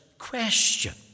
question